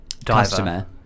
Customer